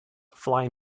fly